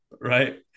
right